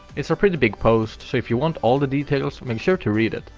it's a pretty big post, so if you want all the details make sure to read it.